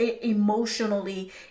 emotionally